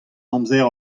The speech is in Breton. amzer